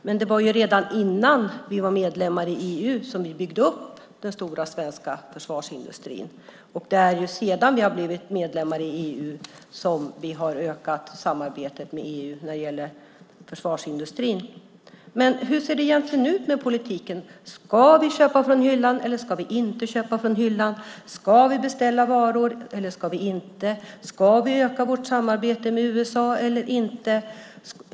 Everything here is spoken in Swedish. Men det var ju redan innan vi blev medlemmar i EU som vi byggde upp den stora svenska försvarsindustrin, och det är sedan vi blev medlemmar i EU som vi har ökat samarbetet med EU när det gäller försvarsindustrin. Hur ser det egentligen ut med politiken? Ska vi köpa från hyllan, eller ska vi inte köpa från hyllan? Ska vi beställa varor, eller ska vi inte göra det? Ska vi öka vårt samarbete med USA eller inte?